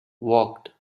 walked